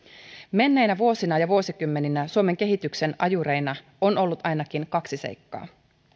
menneinä vuosina ja vuosikymmeninä suomen kehityksen ajureina on ollut ainakin kaksi seikkaa